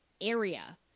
area